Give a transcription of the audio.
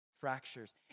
fractures